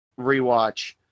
rewatch